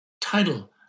title